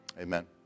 Amen